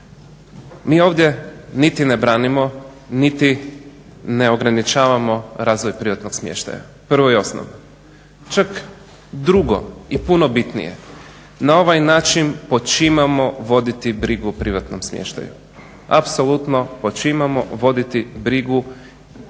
Mi ovdje niti ne branimo, niti ne ograničavamo razvoj privatnog smještaja, prvo i osnovno. Čak, drugo i puno bitnije na ovaj način počimamo voditi brigu o privatnom smještaju, apsolutno počimamo voditi brigu i jednim